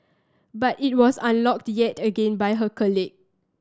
but it was unlocked yet again by her colleague